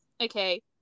okay